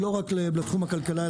לא רק לתחום הכלכלה,